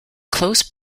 close